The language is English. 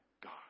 God